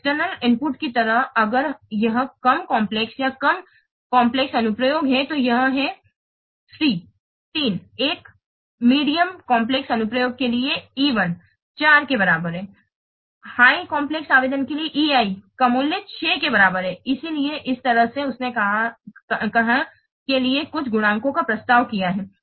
तो external input की तरह अगर यह कम जटिल या कम जटिल अनुप्रयोग है तो यह है 3 एक मध्यम जटिल अनुप्रयोग के लिए EI 4 के बराबर है उच्च जटिल आवेदन के लिए Ei का मूल्य 6 के बराबर है इसलिए इस तरह से उसने कहीं के लिए कुछ गुणकों का प्रस्ताव किया है